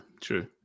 true